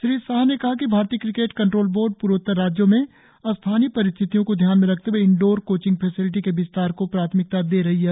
श्री शाह ने कहा कि भारतीय क्रिकेट कंट्रोल बोर्ड पूर्वोत्तर राज्यों में स्थानीय परिस्थितियों को ध्यान में रखते हए इंडोर कोचिंग फेसिलिटी के विस्तार को प्राथमिकता दे रही है